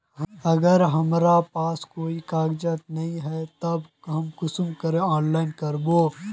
अगर हमरा पास कोई कागजात नय है तब हम कुंसम ऑनलाइन करबे?